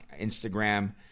instagram